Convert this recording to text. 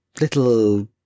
little